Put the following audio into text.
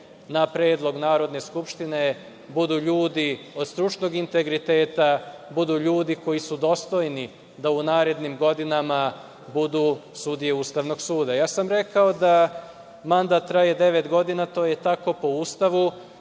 na predlog Narodne skupštine,, budu ljudi od stručnog integriteta, budu ljudi koji su dostojni da u narednim godinama budu sudije Ustavnog suda. Ja sam rekao da mandat traje devet godina, to je tako po Ustavu.